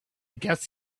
guess